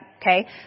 Okay